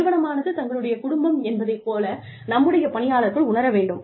நிறுவனமானது தங்களுடைய குடும்பம் என்பதைப் போல நம்முடைய பணியாளர்கள் உணர வேண்டும்